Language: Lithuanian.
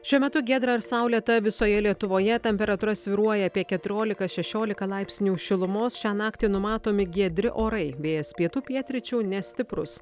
šiuo metu giedra ir saulėta visoje lietuvoje temperatūra svyruoja apie keturioliką šešioliką laipsnių šilumos šią naktį numatomi giedri orai vėjas pietų pietryčių nestiprus